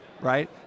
right